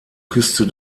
küste